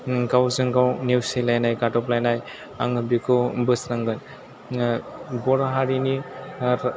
गावजों गाव नेवसिलायनाय गादबलायनाय आङो बेखौ बोस्रांगोन बर' हारिनि